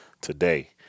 today